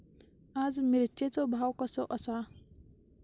आज मिरचेचो भाव कसो आसा?